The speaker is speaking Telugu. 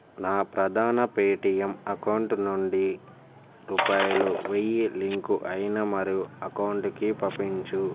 నా ప్రధాన పేటిఎమ్ అకౌంట్ నుండి రూపాయలు వెయ్యి లింకు అయిన మరో అకౌంటుకి పంపించు